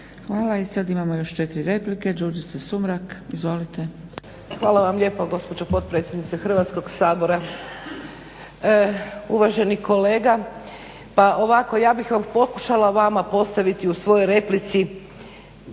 Hvala i sada imamo još četiri replike.